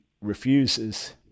refuses